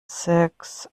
sechs